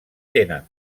tenen